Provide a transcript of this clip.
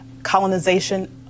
colonization